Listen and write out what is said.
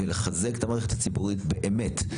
ולחזק את המערכת הציבורית באמת.